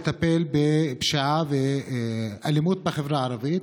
לטפל בפשיעה ובאלימות בחברה הערבית.